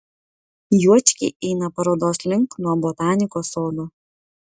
juočkiai eina parodos link nuo botanikos sodo